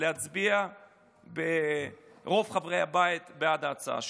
להצביע ברוב חברי הבית בעד ההצעה שלנו.